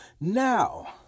Now